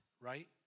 right